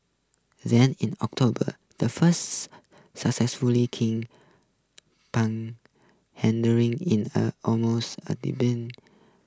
then in October the first successful king penguin handering in a almost a